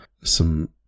some-